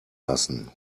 lassen